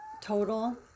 total